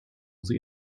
sie